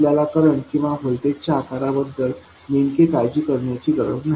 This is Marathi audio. आपल्याला करंट किंवा व्होल्टेजच्या आकाराबद्दल नेमकी काळजी करण्याची गरज नाही